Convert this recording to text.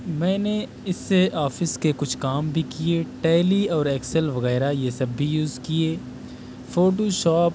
میں نے اس سے آفس کے کچھ کام بھی کیے ٹیلی اور ایکسل وغیرہ یہ سب بھی یوز کیے فوٹوشاپ